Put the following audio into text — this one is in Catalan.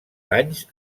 danys